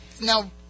Now